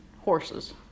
horses